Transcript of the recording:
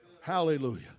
Hallelujah